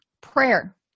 Prayer